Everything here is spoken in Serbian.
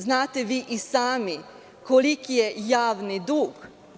Znate vi i sami koliki je javni dug.